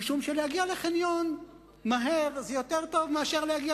משום שלהגיע לחניון מהר זה יותר טוב מאשר להגיע